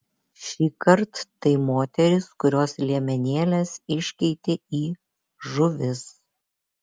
šįkart tai moterys kurios liemenėles iškeitė į žuvis